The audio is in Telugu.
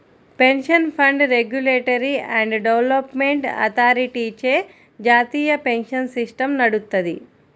pension fund regulatory and development అథారిటీచే జాతీయ పెన్షన్ సిస్టమ్ నడుత్తది